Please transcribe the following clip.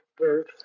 birth